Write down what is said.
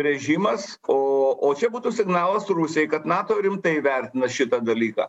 režimas o o čia būtų signalas rusijai kad nato rimtai vertina šitą dalyką